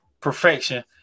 perfection